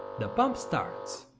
the pump starts.